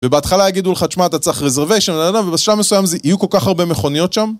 ובהתחלה יגידו לך, תשמע, אתה צריך reservation להלהלה, ובשלב מסוים יהיו כל כך הרבה מכוניות שם.